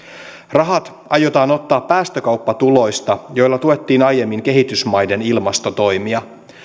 rahat aiotaan ottaa päästökauppatuloista joilla tuettiin aiemmin kehitysmaiden ilmastotoimia